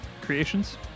creations